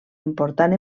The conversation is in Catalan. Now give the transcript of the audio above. important